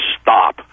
stop